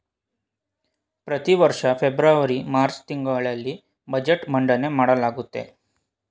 ಪ್ರತಿವರ್ಷ February March ತಿಂಗಳಲ್ಲಿ budget ಮಂಡನೆ ಮಾಡಲಾಗುತ್ತೆ